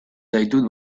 zaitut